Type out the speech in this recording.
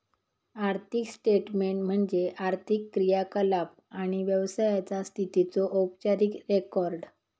आर्थिक स्टेटमेन्ट म्हणजे आर्थिक क्रियाकलाप आणि व्यवसायाचा स्थितीचो औपचारिक रेकॉर्ड